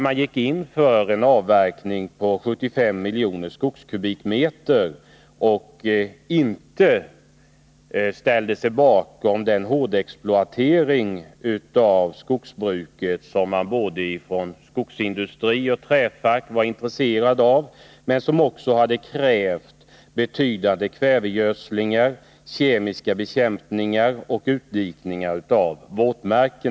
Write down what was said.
Man gick in för en rimlig årlig avverkning om 75 miljoner skogskubikmeter och ställde sig inte bakom den hårdexploatering av skogen som både skogsindustrin och träfacken var intresserade av men som skulle ha krävt betydande kvävegödsling, kemisk bekämpning och utdikning av våtmarker.